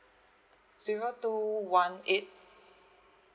zero two one eight